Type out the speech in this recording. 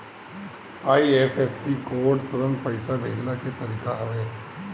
IFSC code तुरंत पईसा भेजला के तरीका हवे